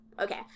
okay